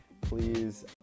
please